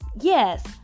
yes